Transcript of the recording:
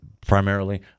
primarily